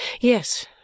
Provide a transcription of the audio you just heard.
Yes